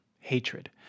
Hatred